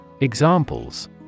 Examples